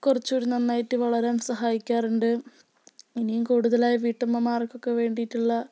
കുറച്ച് ഒരു നന്നായിട്ട് വളരാൻ സഹായിക്കാറുണ്ട് ഇനിയും കൂടുതലായ വീട്ടുമ്മമാർക്കൊക്കെ വേണ്ടിയിട്ടുള്ള